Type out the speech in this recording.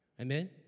Amen